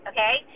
Okay